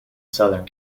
southern